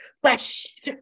fresh